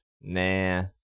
Nah